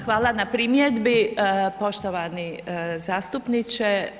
Hvala na primjedbi poštovani zastupniče.